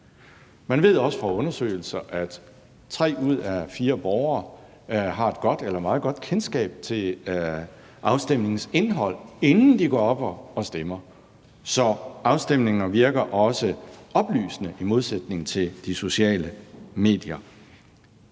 Man ved også fra undersøgelser, at tre ud af fire borgere har et godt eller meget godt kendskab til afstemningens indhold, inden de går op og stemmer. Så afstemninger virker også oplysende, i modsætning til de sociale medier.